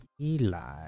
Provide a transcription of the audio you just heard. Eli